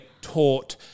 taught